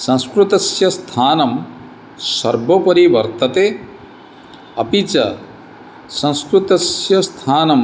संस्कृतस्य स्थानं सर्वोपरि वर्तते अपि च संस्कृतस्य स्थानं